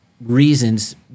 reasons